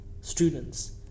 students